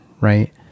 right